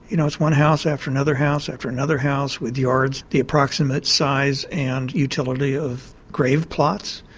you know it's one house after another house after another house, with yards the approximate size and utility of grave plots.